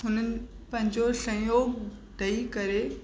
उन्हनि पंहिंजो सहयोगु ॾेई करे